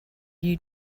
you